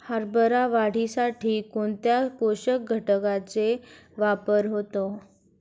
हरभरा वाढीसाठी कोणत्या पोषक घटकांचे वापर होतो?